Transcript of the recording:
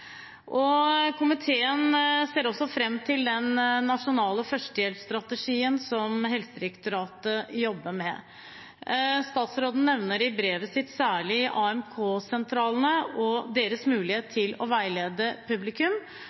det. Komiteen ser også fram til den nasjonale førstehjelpsstrategien som Helsedirektoratet jobber med. Statsråden nevner i brevet sitt særlig AMK-sentralene og deres mulighet til å veilede publikum.